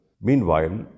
Meanwhile